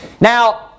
Now